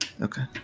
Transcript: Okay